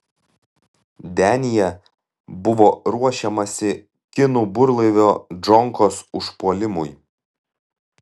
denyje buvo ruošiamasi kinų burlaivio džonkos užpuolimui